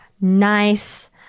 Nice